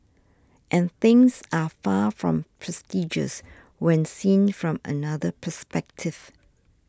and things are far from prestigious when seen from another perspective